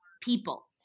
people